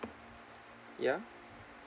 ya